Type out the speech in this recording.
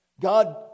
God